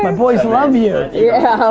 um boys love you. yeah.